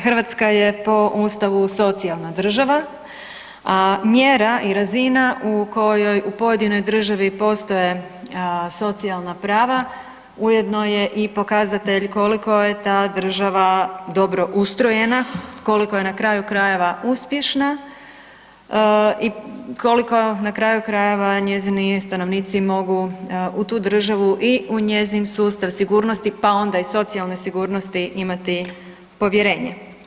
Hrvatska je po Ustavu socijalna država, a mjera i razina u kojoj u pojedinoj državi postoje socijalna prava ujedno je i pokazatelj koliko je ta država dobro ustrojena, koliko je na kraju krajeva uspješna i koliko je na kraju krajeva njezini stanovnici mogu u tu državu i u njezin sustav sigurnosti, pa onda i socijalne sigurnosti imati povjerenje.